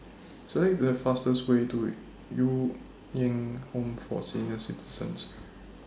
Select The fastest Way to Ju Eng Home For Senior Citizens